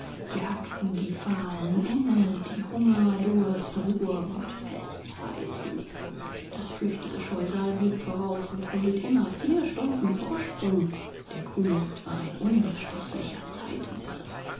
jagten die fahlen engel die hunger durst ruhr und pest heißen das flüchtige scheusal blieb voraus und behielt immer vier stunden vorsprung der kuhmist war ein unbestechlicher zeitmesser